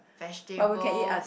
vegetable